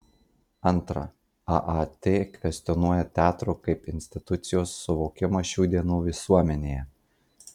antra aat kvestionuoja teatro kaip institucijos suvokimą šių dienų visuomenėje